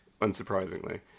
unsurprisingly